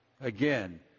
Again